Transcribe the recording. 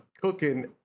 cooking